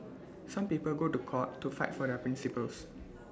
some people go to court to fight for their principles